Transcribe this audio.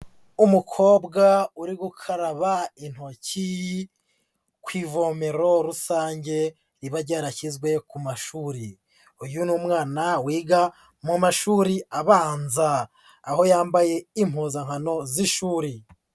Umukobwa uri gukaraba intoki ku ivomero rusange riba ryarashyizwe ku mashuri, uyu ni umwana wiga mu mashuri abanza aho yambaye impuzankano z'ishuri.